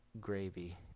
gravy